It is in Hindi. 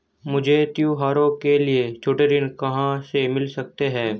मुझे त्योहारों के लिए छोटे ऋण कहां से मिल सकते हैं?